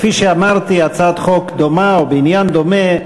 כפי שאמרתי, הצעת חוק דומה או בעניין דומה,